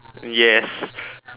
yes